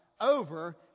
over